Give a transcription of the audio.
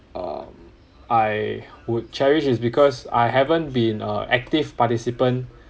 um I would cherish is because I haven't been a active participant